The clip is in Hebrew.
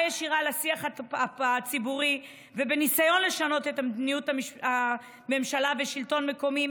ישירה על השיח הציבורי בניסיון לשנות את מדיניות הממשלה והשלטון המקומי,